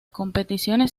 competiciones